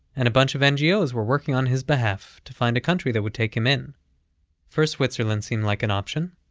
and a bunch of ngos were working on his behalf to find a country that would take him in first switzerland seemed like an option,